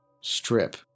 strip